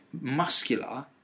muscular